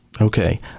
Okay